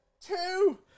Two